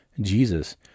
Jesus